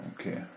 okay